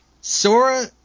Sora